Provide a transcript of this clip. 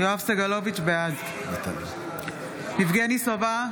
סגלוביץ' בעד יבגני סובה,